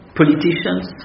politicians